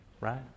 right